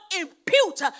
impute